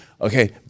Okay